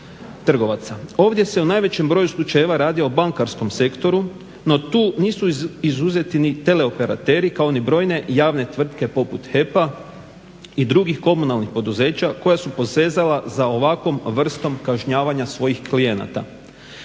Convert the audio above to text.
Ovdje se u najvećem broju slučajeva radi o bankarskom sektoru no tu nisu izuzeti ni tele operateri kao ni brojne javne tvrtke poput HEP-a i drugih komunalnih poduzeća koja su posezala za ovakvom vrstom kažnjavanja svojih klijenata.